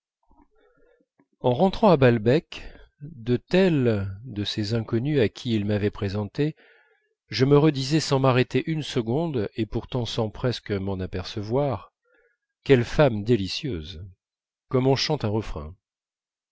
en rentrant à balbec de telle de ces inconnues à qui il m'avait présenté je me redisais sans m'arrêter une seconde et pourtant sans presque m'en apercevoir quelle femme délicieuse comme on chante un refrain